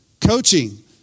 coaching